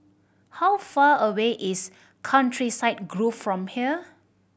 how far away is Countryside Grove from here